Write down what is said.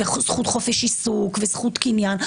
וזכות חופש עיסוק וזכות קניין,